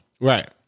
Right